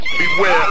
beware